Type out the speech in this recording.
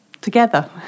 together